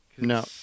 No